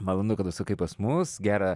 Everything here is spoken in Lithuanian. malonu kad užsukai pas mus gera